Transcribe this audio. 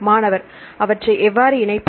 மாணவர் அவற்றை எவ்வாறு இணைப்பது